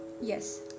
Yes